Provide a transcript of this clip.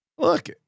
Look